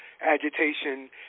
agitation